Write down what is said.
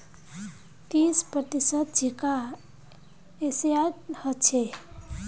तीस प्रतिशत झींगा एशियात ह छे